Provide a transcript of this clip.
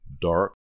dark